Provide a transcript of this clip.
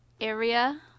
area